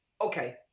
okay